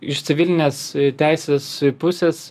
iš civilinės teisės pusės